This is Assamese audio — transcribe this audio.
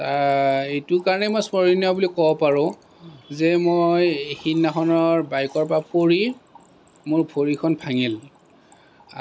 এইটো কাৰণেই মই স্মৰণীয় বুলি ক'ব পাৰোঁ যে মই সিদিনাখনৰ বাইকৰ পৰা পৰি মোৰ ভৰিখন ভাঙিল